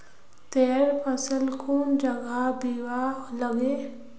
तैयार फसल कुन जगहत बिकवा लगे?